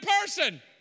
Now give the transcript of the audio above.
person